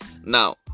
Now